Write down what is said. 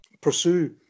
pursue